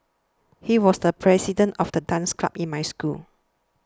he was the president of the dance club in my school